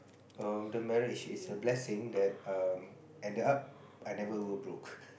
um the marriage is a blessing that um ended up I never go broke